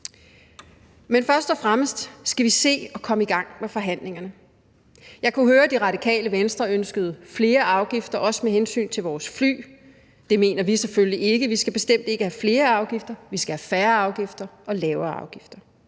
Men først og fremmest skal vi se at komme i gang med forhandlingerne. Jeg kunne høre, at Det Radikale Venstre ønskede flere afgifter, også med hensyn til vores fly. Det mener vi selvfølgelig ikke. Vi skal bestemt ikke have flere afgifter – vi skal have færre afgifter og lavere afgifter.